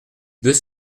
deux